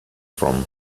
from